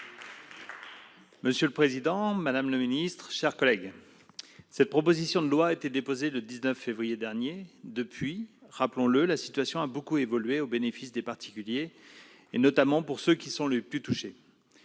Monsieur le président, madame la secrétaire d'État, mes chers collègues, cette proposition de loi a été déposée le 19 février dernier. Depuis, rappelons-le, la situation a beaucoup évolué au bénéfice des particuliers, notamment pour ceux qui sont les plus touchés